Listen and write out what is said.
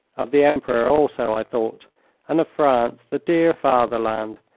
of the emperor also i thought, and of france, the dear fatherland,